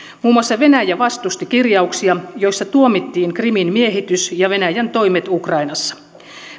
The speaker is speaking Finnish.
muun muassa venäjä vastusti kirjauksia joissa tuomittiin krimin miehitys ja venäjän toimet ukrainassa